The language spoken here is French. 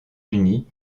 unis